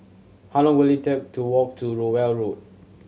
how long will it take to walk to Rowell Road